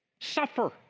suffer